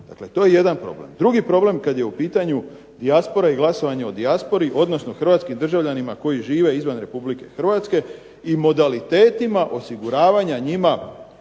Dakle, to je jedan problem. Drugi problem kad je u pitanju dijaspora i glasovanje o dijaspori, odnosno hrvatskim državljanima koji žive izvan Republike Hrvatske i modalitetima osiguravanja njima